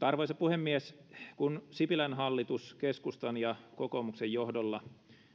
arvoisa puhemies kun sipilän hallitus keskustan ja kokoomuksen johdolla